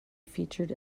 featured